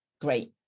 great